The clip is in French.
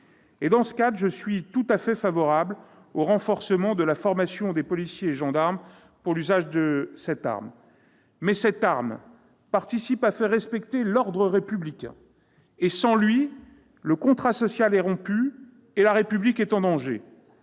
! Dans ce cadre, je suis tout à fait favorable au renforcement de la formation des policiers et des gendarmes à l'usage de cette arme. Celle-ci contribue à faire respecter l'ordre républicain. Or, sans ordre républicain, le contrat social est rompu et la République est en danger.